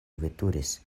veturis